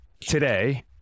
today